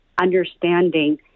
understanding